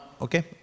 okay